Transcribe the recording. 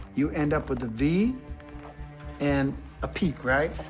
you end up with a v and a peak, right?